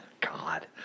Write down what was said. God